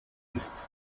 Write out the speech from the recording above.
ist